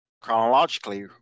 chronologically